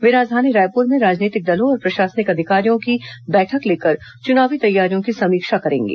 वे राजधानी रायपुर में राजनीतिक दलों और प्रशासनिक अधिकारियों की बैठक लेकर चुनावी तैयारियों की समीक्षा करेंगे